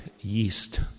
yeast